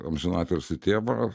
amžiną atilsį tėvą